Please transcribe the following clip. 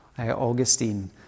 Augustine